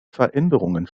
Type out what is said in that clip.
veränderungen